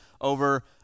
over